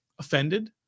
offended